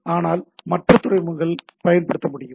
ஆனால் மற்ற துறைமுகங்கள் பயன்படுத்த முடியும்